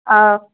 آ